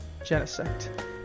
Genesect